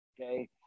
Okay